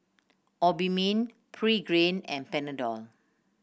Obimin Pregain and Panadol